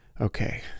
Okay